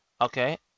Okay